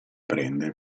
prende